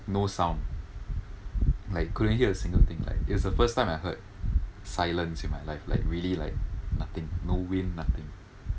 no sound like couldn't hear a single thing like it was the first time I heard silence in my life like really like nothing no wind nothing